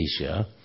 Asia